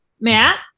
Matt